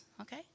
okay